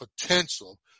potential